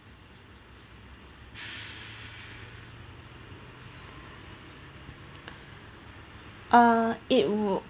uh it would